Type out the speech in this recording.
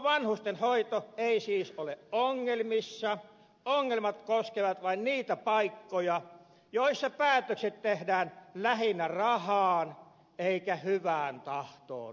koko vanhustenhoito ei siis ole ongelmissa ongelmat koskevat vain niitä paikkoja joissa päätökset tehdään lähinnä rahaan eikä hyvään tahtoon nojaten